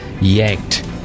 Yanked